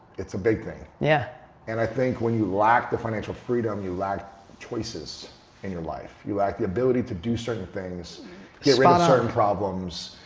it's a big thing. yeah and i think when you lack the financial freedom, you lack choices in your life. you lack the ability to do certain things, get rid of um certain problems.